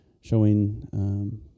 showing